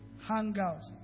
hangout